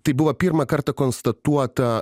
tai buvo pirmą kartą konstatuota